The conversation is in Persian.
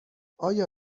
آیا